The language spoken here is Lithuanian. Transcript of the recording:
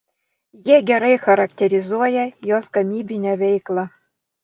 jie gerai charakterizuoja jos gamybinę veiklą